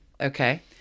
Okay